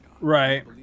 Right